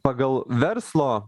pagal verslo